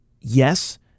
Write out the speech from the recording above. yes